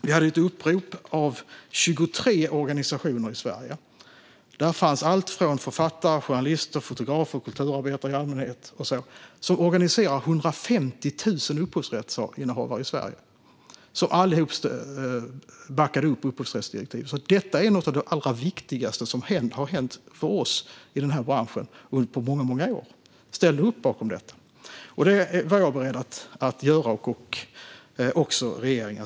Vi hade ett upprop av 23 organisationer i Sverige - där finns författare, journalister, fotografer och kulturarbetare i allmänhet - som organiserar 150 000 upphovsrättsinnehavare i Sverige som alla backade upp upphovsrättsdirektivet. Något av det allra viktigaste som har hänt i den här branschen på många år är att vi ställde upp bakom detta. Det var jag och regeringen beredda att göra.